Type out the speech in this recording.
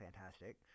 fantastic